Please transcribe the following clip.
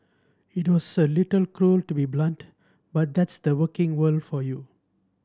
it was a little cruel to be so blunt but that's the working world for you